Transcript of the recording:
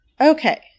Okay